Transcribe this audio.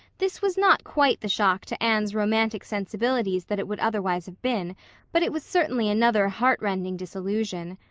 this was not quite the shock to anne's romantic sensibilities that it would otherwise have been but it was certainly another heart-rending disillusion.